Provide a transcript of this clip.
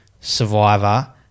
Survivor